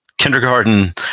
Kindergarten